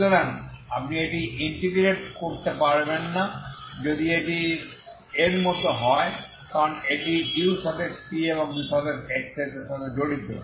সুতরাং আপনি এটি ইন্টিগ্রেট করতে পারবেন না যদি এটি এর মতো হয় কারণ এটি ut এবং uxxএর সাথে জড়িত